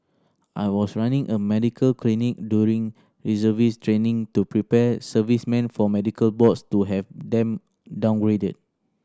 I was running a medical clinic during reservist training to prepare servicemen for medical boards to have them downgraded